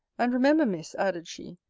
and remember, miss added she,